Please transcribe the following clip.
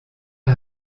est